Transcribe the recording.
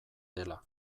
dela